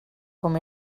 com